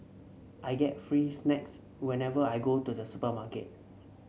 I get free snacks whenever I go to the supermarket